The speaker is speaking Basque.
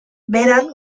beran